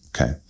Okay